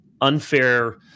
unfair